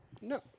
No